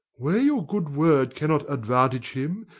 where your good word cannot advantage him,